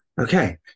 Okay